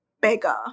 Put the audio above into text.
bigger